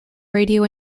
radio